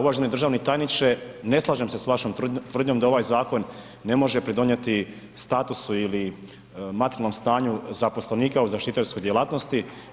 Uvaženi državni tajniče, ne slažem se s vašom tvrdnjom da ovaj zakon ne može pridonjeti statusu ili materijalnom stanju zaposlenika u zaštitarskoj djelatnosti.